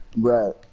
Right